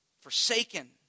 forsaken